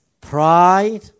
pride